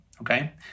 okay